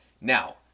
now